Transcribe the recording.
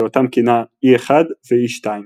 שאותם כינה E1 ו-E2.